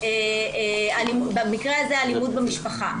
במקרה הזה אלימות במשפחה.